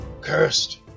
Cursed